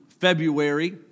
February